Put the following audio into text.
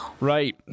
Right